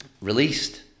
Released